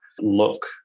look